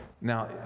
Now